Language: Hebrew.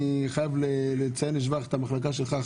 אני חייב לציין לשבח את המחלקה שלך,